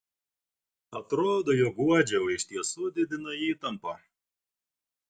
atrodo jog guodžia o iš tiesų didina įtampą